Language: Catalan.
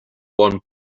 bon